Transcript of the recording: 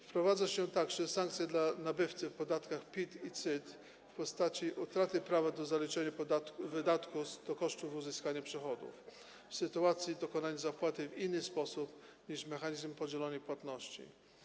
Wprowadza się także sankcję dla nabywcy w podatkach PIT i CIT w postaci utraty prawa do zaliczenia wydatków do kosztów uzyskania przychodu w sytuacji dokonania zapłaty w innych sposób niż mechanizm podzielonej płatności.